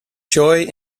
joy